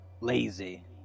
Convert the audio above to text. lazy